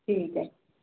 ਠੀਕ ਹੈ